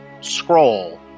scroll